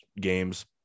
games